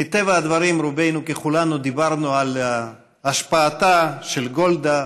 שמטבע הדברים רובנו ככולנו דיברנו על השפעתה של גולדה